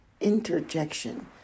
interjection